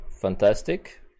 Fantastic